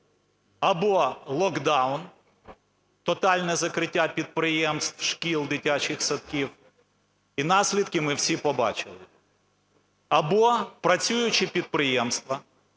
або локдаун - тотальне закриття підприємств, шкіл, дитячих садків, і наслідки ми всі побачили; або працюючі підприємства,